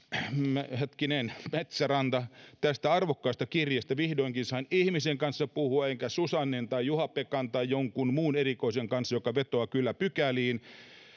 metsäranta tästä arvokkaasta kirjeestä vihdoinkin sain ihmisen kanssa puhua enkä susannen tai juha pekan tai jonkun muun erikoisen kanssa joka vetoaa kyllä pykäliin